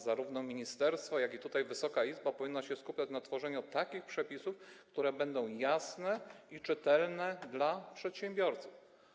Zarówno ministerstwo, jak i Wysoka Izba powinny się skupiać na tworzeniu takich przepisów, które będą jasne i czytelne dla przedsiębiorców.